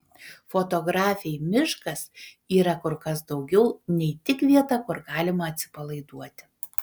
fotografei miškas yra kur kas daugiau nei tik vieta kur galima atsipalaiduoti